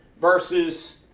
versus